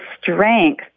strength